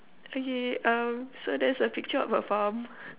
okay um so there's a picture of a farm